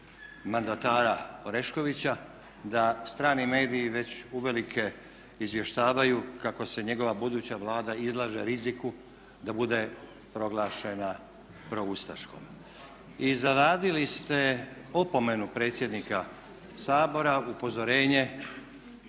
mandatara Oreškovića da strani mediji već uvelike izvještavaju kako se njegova buduća Vlada izlaže riziku da bude proglašena proustaškom. I zaradili ste opomenu predsjednika Sabora, upozorenje